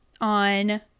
on